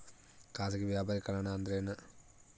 ಖಾಸಗಿ ವ್ಯಾಪಾರಿಕರಣ ಅಂದರೆ ಏನ್ರಿ?